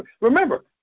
remember